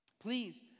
Please